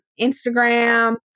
Instagram